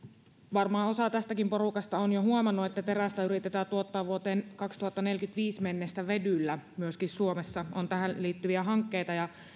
varmaan osa tästäkin porukasta on jo huomannut että terästä yritetään tuottaa vuoteen kaksituhattaneljäkymmentäviisi mennessä vedyllä ja myöskin suomessa on tähän liittyviä hankkeita